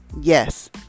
yes